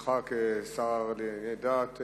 תפקודך כשר לענייני דת.